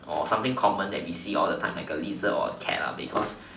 or something common that we see all the time like a lizard or a cat lah because